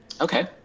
Okay